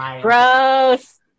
Gross